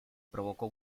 provocó